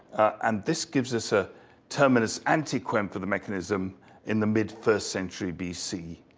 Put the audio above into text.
and this gives us a terminus ante quem for the mechanism in the mid first century, bc.